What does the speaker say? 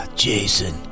jason